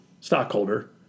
stockholder